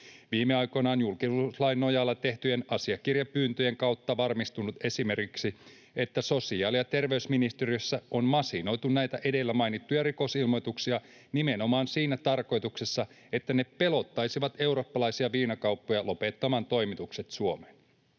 Viime aikoina on julkisuuslain nojalla tehtyjen asiakirjapyyntöjen kautta varmistunut esimerkiksi, että sosiaali- ja terveysministeriössä on masinoitu näitä edellä mainittuja rikosilmoituksia nimenomaan siinä tarkoituksessa, että ne pelottaisivat eurooppalaisia viinakauppoja lopettamaan toimitukset Suomeen.